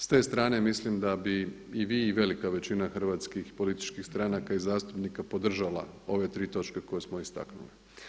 S te strane mislim da bi i vi i velika većina hrvatskih političkih stranaka i zastupnika podržala ove tri točke koje smo istaknuli.